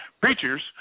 Preachers